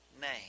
name